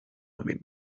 membre